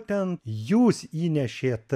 ten jūs įnešėt